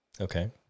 Okay